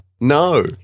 No